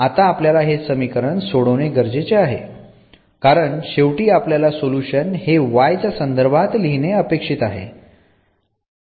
आता आपल्याला हे समीकरण सोडवणे गरजेचे आहे कारण शेवटी आपल्याला सोल्युशन हे y च्या संदर्भात लिहिणे अपेक्षित आहे